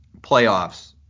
playoffs